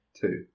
two